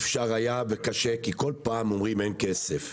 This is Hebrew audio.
אפשר היה וקשה כי כל פעם אומרים שאין כסף.